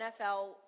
NFL